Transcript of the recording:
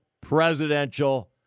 presidential